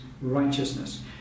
righteousness